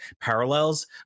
parallels